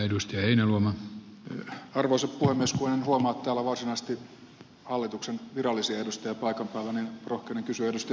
kun en huomaa että täällä on varsinaisesti hallituksen virallisia edustajia paikan päällä niin rohkenen kysyä ed